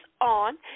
on